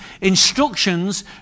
instructions